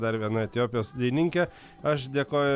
dar viena etiopijos dainininkė aš dėkoju